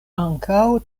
ankaŭ